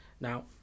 now